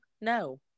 No